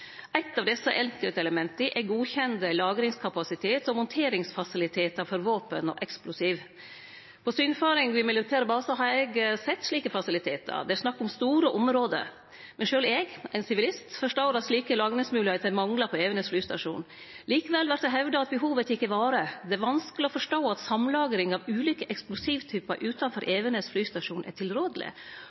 Eitt av desse enkeltelementa er godkjent lagringskapasitet og monteringsfasilitetar for våpen og eksplosiv. På synfaring ved militære basar har eg sett slike fasilitetar. Det er snakk om store område. Sjølv eg, ein sivilist, forstår at slike lagringsmogelegheiter manglar på Evenes flystasjon. Likevel vert det hevda at behova er tekne i vare. Det er vanskeleg å forstå at samlagring av ulike eksplosivtypar utanfor Evenes flystasjon er tilrådeleg,